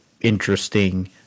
interesting